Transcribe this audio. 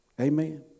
amen